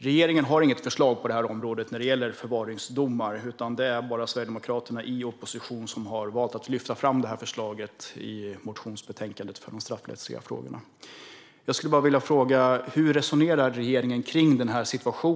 Regeringen har inget förslag när det gäller förvaringsdomar, utan det är bara Sverigedemokraterna i opposition som har valt att lyfta fram detta förslag i motionsbetänkandet för de straffrättsliga frågorna. Jag har en fråga.